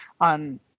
on